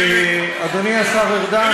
אדוני השר ארדן,